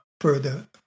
further